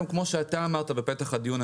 כמו שאתה אמרת בפתח הדיון,